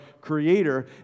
creator